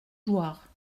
jouarre